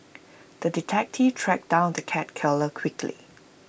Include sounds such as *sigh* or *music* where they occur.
*noise* the detective tracked down the cat killer quickly